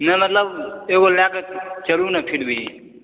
नहि मतलब एगो लए कऽ चलू ने फिर भी